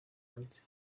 hanze